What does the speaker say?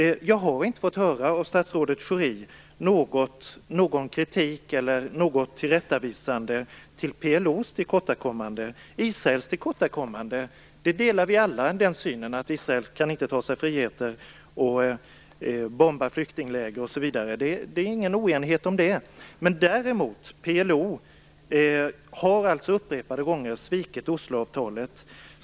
Jag har inte fått höra någon kritik eller något tillrättavisande till PLO:s tillkortakommanden av statsrådet Schori. Vi delar alla synen att Israel inte kan ta sig friheter och bomba flyktingläger. Det råder ingen oenighet om det. Men däremot har PLO upprepade gånger svikit Osloavtalet.